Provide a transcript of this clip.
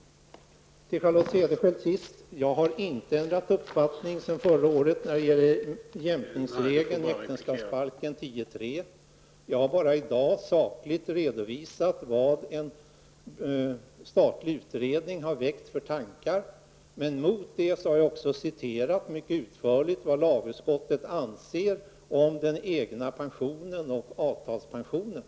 Slutligen till Charlotte Cederschiöld: Jag har inte ändrat uppfattning sedan förra året angående jämkningsregeln 10:3 äktenskapsbalken. Jag har bara i dag sakligt redovisat vad en statlig utredning har väckt för tankar. Jag har citerat mycket utförligt vad lagutskottet anser om den egna pensionen och avtalspensionen.